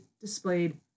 displayed